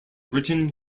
written